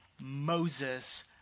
Moses